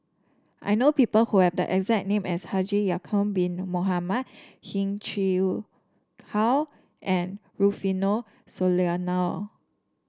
I know people who have the exact name as Haji Ya'acob Bin Mohamed Heng Chee How and Rufino Soliano